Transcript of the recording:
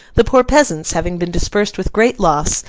the poor peasants, having been dispersed with great loss,